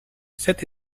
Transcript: cette